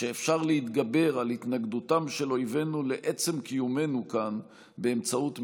שאפשר להתגבר על התנגדותם של אויבינו לעצם קיומנו כאן באמצעות מחוות,